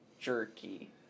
jerky